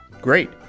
great